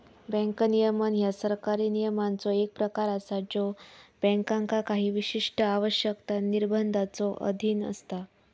bank नियमन ह्या सरकारी नियमांचो एक प्रकार असा ज्यो बँकांका काही विशिष्ट आवश्यकता, निर्बंधांच्यो अधीन असता